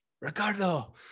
Ricardo